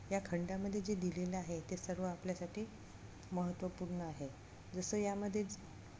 या खंडामध्ये जे दिलेलं आहे ते सर्व आपल्यासाठी महत्त्वपूर्ण आहे जसं यामध्येच